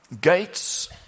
Gates